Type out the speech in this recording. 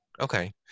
okay